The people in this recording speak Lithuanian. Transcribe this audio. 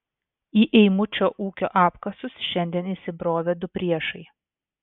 į eimučio ūkio apkasus šiandien įsibrovė du priešai